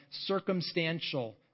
circumstantial